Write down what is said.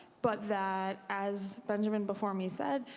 but that as benjamin before me said,